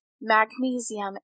magnesium